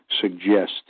suggest